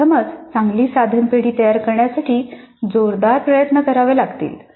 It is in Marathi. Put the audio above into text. प्रथमच चांगली साधन पेढी तयार करण्यासाठी जोरदार प्रयत्न करावे लागतात